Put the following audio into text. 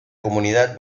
comunidad